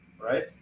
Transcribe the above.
right